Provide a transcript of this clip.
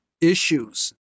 issues